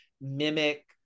mimic